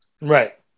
Right